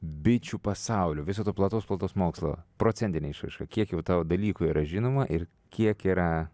bičių pasaulio viso to plataus plataus mokslo procentine išraiška kiek jau tau dalykų yra žinoma ir kiek yra